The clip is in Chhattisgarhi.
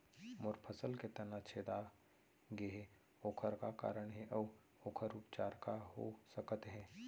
मोर फसल के तना छेदा गेहे ओखर का कारण हे अऊ ओखर उपचार का हो सकत हे?